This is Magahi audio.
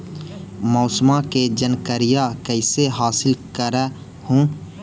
मौसमा के जनकरिया कैसे हासिल कर हू?